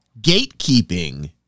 gatekeeping